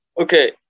okay